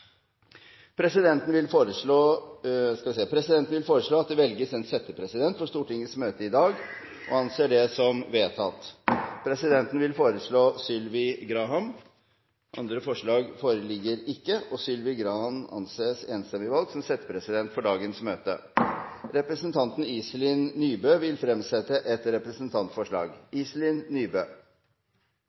Presidenten vil foreslå at det velges en settepresident for Stortingets møte i dag – og anser det som vedtatt. Presidenten vil foreslå Sylvi Graham. – Andre forslag foreligger ikke, og Sylvi Graham anses enstemmig valgt som settepresident for dagens møte. Representanten Iselin Nybø vil fremsette et representantforslag.